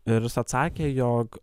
ir jis atsakė jog